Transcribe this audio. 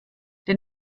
der